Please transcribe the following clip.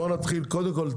קודם כול,